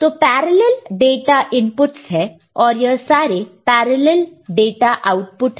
तो parallel data inputs है और यह सारे पैरेलल डाटा आउटपुटस है